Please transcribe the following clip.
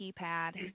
keypad